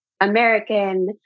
american